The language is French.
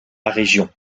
région